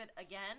again